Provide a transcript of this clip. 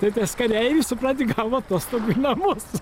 tai tas kareivis supranti gavo atostogų į namus